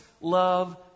love